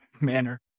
manner